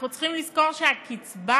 אנחנו צריכים לזכור שהקצבה